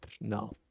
no